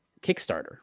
kickstarter